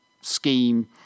scheme